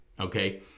Okay